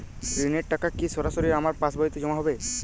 ঋণের টাকা কি সরাসরি আমার পাসবইতে জমা হবে?